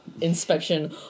inspection